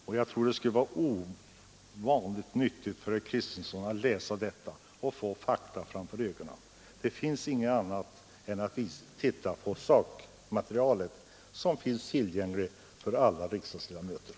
Jag tror att det skulle vara nyttigt för herr Kristenson att på det sättet få fakta genom det sakmaterial, som finns tillgängligt för alla riksdagsledamöter.